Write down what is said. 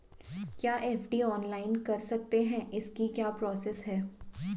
क्या FD online कर सकते हैं इसकी क्या प्रोसेस है?